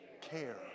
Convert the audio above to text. care